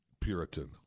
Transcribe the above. Puritan